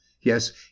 yes